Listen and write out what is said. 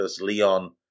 Leon